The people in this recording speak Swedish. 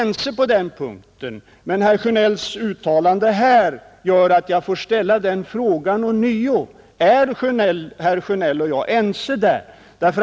Men herr Sjönells uttalande här gör att jag ånyo måste ställa frågan: Är herr Sjönell och jag ense därvidlag?